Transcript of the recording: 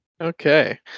Okay